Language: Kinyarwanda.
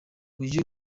uyu